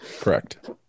Correct